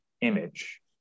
image